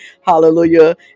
hallelujah